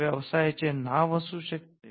ते व्यवसायांचे नाव असू शकते